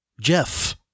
Jeff